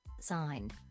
signed